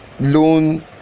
loan